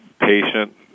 patient